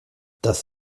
das